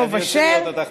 אני רוצה לראות אותך.